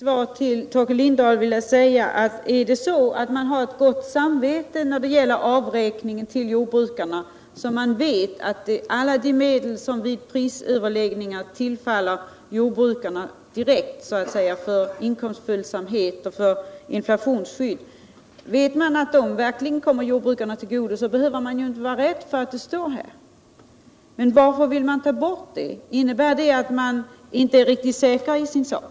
Herr talman! Har man ett gott samvete när det gäller avräkningen till jordbrukarna och vet att alla de medel som tillerkänns jordbrukarna vid prisöverläggningar också tillfaller dem direkt för inkomstföljsamhet och inflationsskydd, behöver man inte vara rädd för att den här meningen står i betänkandet. Men varför vill man ta bort den? Innebär det att man inte är riktigt säker på sin sak?